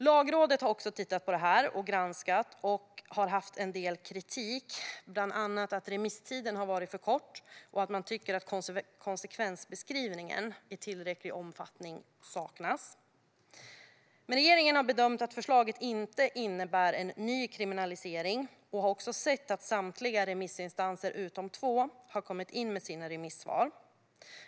Lagrådet har granskat detta och kommit med en del kritik. Bland annat anser man att remisstiden har varit för kort och att tillräcklig konsekvensbeskrivning saknas. Men regeringen har bedömt att förslaget inte innebär en ny kriminalisering och har också sett att samtliga remissinstanser utom två har inkommit med sina remissvar.